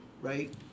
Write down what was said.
Right